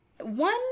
one